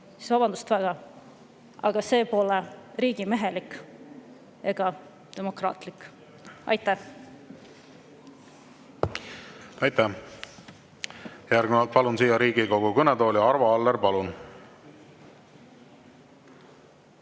siis vabandust väga, see pole riigimehelik ega demokraatlik. Aitäh! Aitäh! Järgnevalt palun siia Riigikogu kõnetooli Arvo Alleri. Palun!